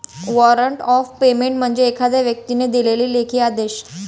warrant of payment म्हणजे एखाद्या व्यक्तीने दिलेला लेखी आदेश